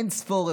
אין-ספור,